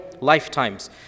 lifetimes